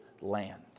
land